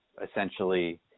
essentially